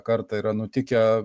kartą yra nutikę